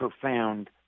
profound